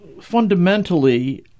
fundamentally